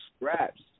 scraps